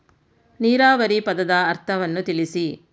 ನೀರಾವರಿ ಪದದ ಅರ್ಥವನ್ನು ತಿಳಿಸಿ?